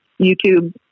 YouTube